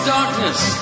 darkness